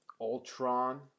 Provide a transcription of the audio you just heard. Ultron